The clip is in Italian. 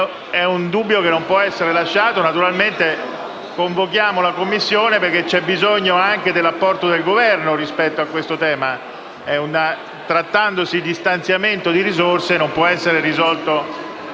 È un dubbio che non può essere lasciato. Convochiamo la Commissione perché c'è bisogno anche dell'apporto del Governo rispetto a questo tema: trattandosi di stanziamento di risorse, il problema non